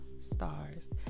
stars